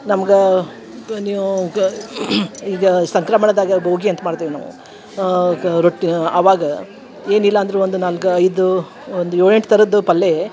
ನಮ್ಗೆ ನೀವು ಈಗ ಸಂಕ್ರಮಣದಾಗ ಭೋಗಿ ಅಂತ ಮಾಡ್ತೀವಿ ನಾವು ರೊಟ್ಟಿ ಅವಾಗ ಏನಿಲ್ಲ ಅಂದರೂ ಒಂದು ನಾಲ್ಕು ಐದು ಒಂದು ಏಳು ಎಂಟು ಥರದ್ದು ಪಲ್ಯ